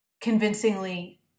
convincingly